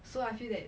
so I feel that